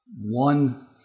One